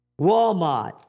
Walmart